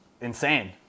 insane